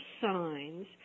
signs